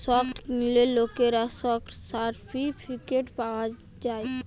stock কিনলে লোকরা stock certificate পায় গটে